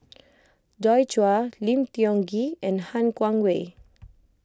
Joi Chua Lim Tiong Ghee and Han Guangwei